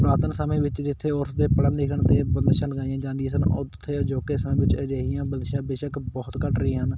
ਪੁਰਾਤਨ ਸਮੇਂ ਵਿੱਚ ਜਿੱਥੇ ਔਰਤ ਦੇ ਪੜ੍ਹਨ ਲਿਖਣ 'ਤੇ ਬੰਦਸ਼ਾਂ ਲਗਾਈਆਂ ਜਾਂਦੀਆਂ ਸਨ ਉੱਥੇ ਅਜੋਕੇ ਸਮੇਂ ਵਿੱਚ ਅਜਿਹੀਆਂ ਬੰਦਸ਼ਾਂ ਬੇਸ਼ੱਕ ਬਹੁਤ ਘੱਟ ਰਹੀਆਂ ਹਨ